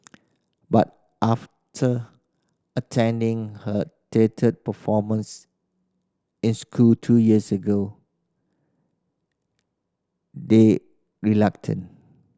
but after attending her theatre performance in school two years ago they relented